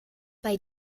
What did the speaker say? bei